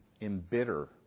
embitter